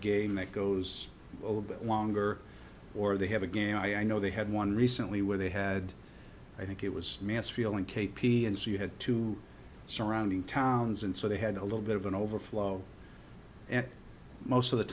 game that goes over a bit longer or they have a game i know they had one recently where they had i think it was mass feeling k p and so you had to surrounding towns and so they had a little bit of an overflow and most of the